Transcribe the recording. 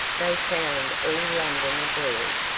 they found all london abroad.